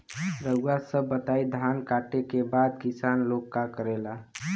रउआ सभ बताई धान कांटेके बाद किसान लोग का करेला?